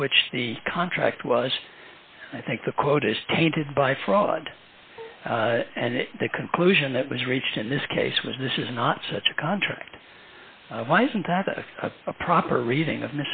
in which the contract was i think the quote is tainted by fraud and the conclusion that was reached in this case was this is not such a contract why isn't that a proper reading of